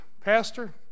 Pastor